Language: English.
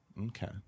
okay